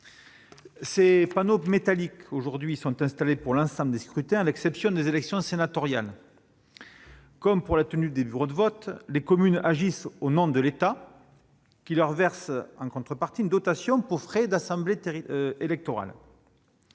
Ces panneaux métalliques sont aujourd'hui installés pour l'ensemble des scrutins, à l'exception des élections sénatoriales. Comme pour la tenue des bureaux de vote, les communes agissent au nom de l'État, qui leur verse en contrepartie une dotation pour frais d'assemblée électorale.